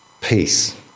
Peace